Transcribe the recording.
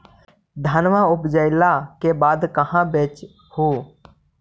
धनमा उपजाईला के बाद कहाँ बेच हू?